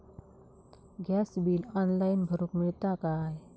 Gas bill online भरुक मिळता काय?